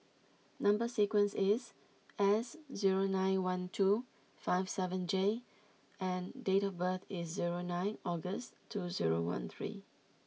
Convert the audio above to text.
number sequence is S zero nine one two five seven J and date of birth is zero nine August two zero one three